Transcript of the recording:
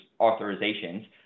authorizations